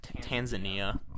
Tanzania